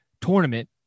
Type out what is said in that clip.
tournament